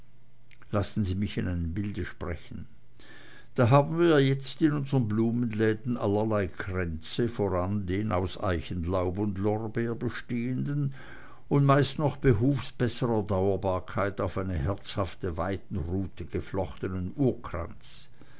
lassen sie mich in einem bilde sprechen da haben wir jetzt in unsern blumenläden allerlei kränze voran den aus eichenlaub und lorbeer bestehenden und meist noch behufs besserer dauerbarkeit auf eine herzhafte weidenrute geflochtenen urkranz